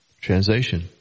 Translation